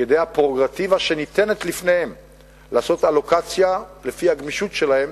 כדי שהפררוגטיבה שניתנת לפניהם לעשות אלוקציה לפי הגמישות שלהם,